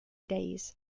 days